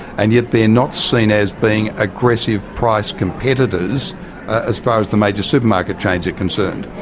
and yet they are not seen as being aggressive price competitors ah as far as the major supermarket chains are concerned.